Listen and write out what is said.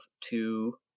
two